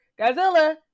Godzilla